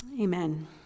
Amen